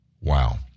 Wow